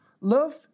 Love